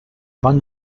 one